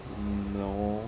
mm no